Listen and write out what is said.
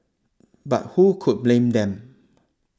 but who could blame them